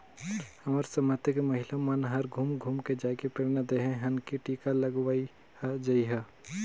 हमर समिति के महिला मन हर घुम घुम के जायके प्रेरना देहे हन की टीका लगवाये जइहा